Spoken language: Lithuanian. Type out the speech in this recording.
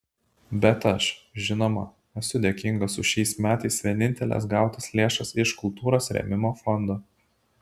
bet aš žinoma esu dėkingas už šiais metais vieninteles gautas lėšas iš kultūros rėmimo fondo